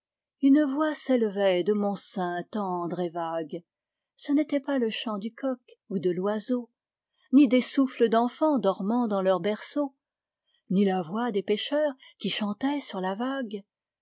une voix s'élevait de mon sein tendre et vague ce n'était pas le chant du coq ou de l'oiseau ni des souffles d'enfans dormant dans leur berceau ni la voix des pêcheurs qui chantaient sur la vague